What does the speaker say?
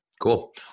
Cool